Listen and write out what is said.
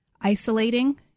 isolating